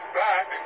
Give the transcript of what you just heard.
back